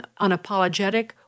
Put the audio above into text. unapologetic